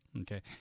okay